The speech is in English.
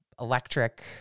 electric